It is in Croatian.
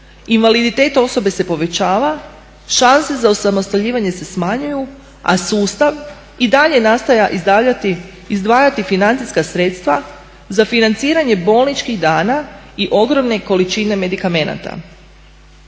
invaliditet osobe se povećava, šanse za osamostavljivanje se smanjuju a sustav i dalje nastavlja izdvajati financijska sredstva za financiranje bolničkih dana i ogromne količine medikamenata.